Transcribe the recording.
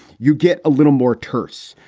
you get a little more terse,